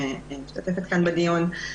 שמשתתפת כאן בדיון.